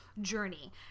journey